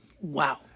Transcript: Wow